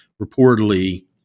reportedly